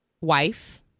wife